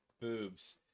boobs